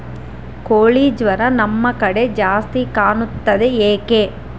ಕೋಳಿ ಜ್ವರ ನಮ್ಮ ಕಡೆ ಜಾಸ್ತಿ ಕಾಣುತ್ತದೆ ಏಕೆ?